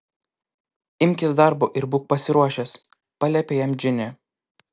imkis darbo ir būk pasiruošęs paliepė jam džinė